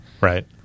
Right